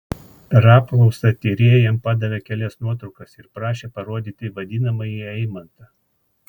per apklausą tyrėja jam padavė kelias nuotraukas ir prašė parodyti vadinamąjį eimantą